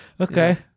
Okay